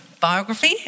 biography